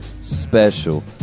special